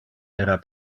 era